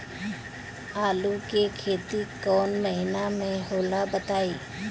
आलू के खेती कौन महीना में होला बताई?